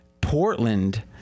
Portland